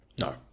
no